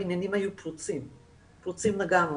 הבניינים היו פרוצים לגמרי.